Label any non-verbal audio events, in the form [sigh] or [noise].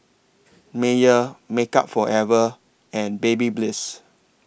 Mayer Makeup Forever and [unintelligible]